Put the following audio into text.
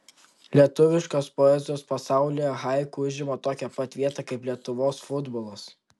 lietuviškos poezijos pasaulyje haiku užima tokią pat vietą kaip lietuvos futbolas